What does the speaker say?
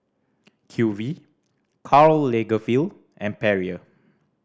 Q V Karl Lagerfeld and Perrier